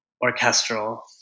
orchestral